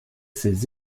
ses